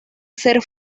ser